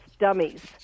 dummies